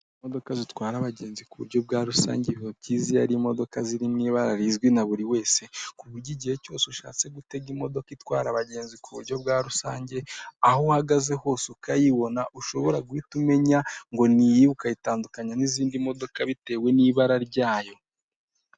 Imodoka zitwara abagenzi ku buryo bwa rusange biba byiza iyo ari imodoka ziri mu ibara rizwi na buri wese ku buryo igihe cyose ushatse gutega imodoka itwara abagenzi ku buryo bwa rusange, aho uhagaze hose ukayibona ushobora guhita umenya ngo niyi ukayitandukanya n'izindi modoka bitewe n'ibara ryayo.